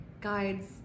guides